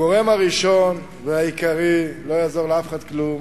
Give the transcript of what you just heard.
הגורם הראשון והעיקרי, לא יעזור לאף אחד כלום,